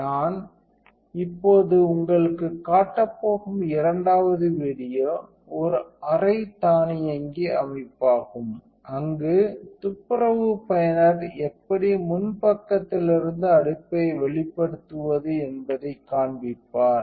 நான் இப்போது உங்களுக்குக் காட்டப் போகும் இரண்டாவது வீடியோ ஒரு அரை தானியங்கி அமைப்பாகும் அங்கு துப்புரவுப் பயனர் எப்படி முன் பக்கத்திலிருந்து அடுப்பை வெளிப்படுத்துவது என்பதைக் காண்பிப்பார்